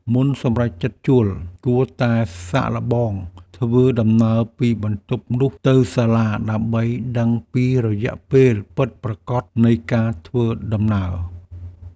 មុនសម្រេចចិត្តជួល គួរតែសាកល្បងធ្វើដំណើរពីបន្ទប់នោះទៅសាលាដើម្បីដឹងពីរយៈពេលពិតប្រាកដនៃការធ្វើដំណើរ។